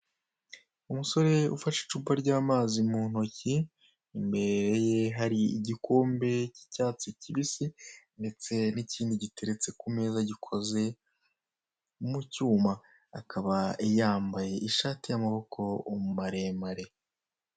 Umusore ufashe icupa ry'amazi mu ntoki, imbere ye hari igikombe k'icyatsi kibisi ndetse n'ikindi giteretse ku meza gikoze mu cyuma, akaba yambaye ishati y'amaboko maremare.